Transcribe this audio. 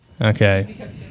Okay